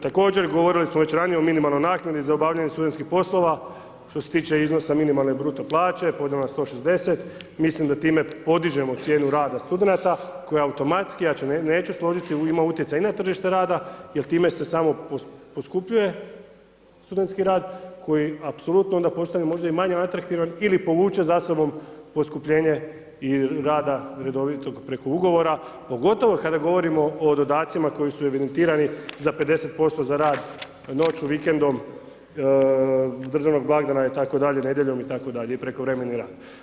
Također, govorili smo već ranije o minimalnoj naknadi za obavljanje studentskih poslova, što se tiče minimalne bruto plaće, podijeljeno na 160, mislim da time podižemo cijenu rada studenata koja automatski, ja se neću složiti, ima utjecaj i na tržište rada jer time se samo poskupljuje studentski rad koji apsolutno onda postane možda i manje atraktivan ili povuče za sobom poskupljenje i rada redovitog preko ugovora pogotovo kada govorimo o dodacima koji su evidentirani za 50% za rad, noću, vikendom, državnog blagdana itd., nedjeljom itd., i prekovremeni rad.